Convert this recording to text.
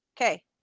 Okay